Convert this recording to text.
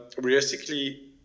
realistically